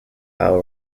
hour